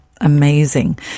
amazing